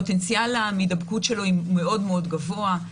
פוטנציאל המידבקות שלו הוא מאוד מאוד גבוה.